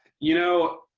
you know,